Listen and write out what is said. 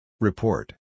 Report